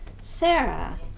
Sarah